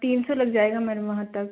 तीन सौ लग जाएगा मेम वहाँ तक